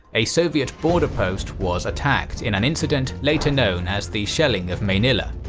a soviet border post was attacked in an incident later known as the shelling of mainila.